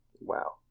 Wow